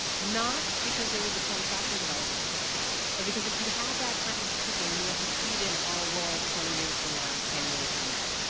not because they will become software developers but because if you have that kind of thinking you will succeed in our world twenty years from now, ten years from now.